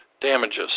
damages